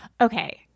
Okay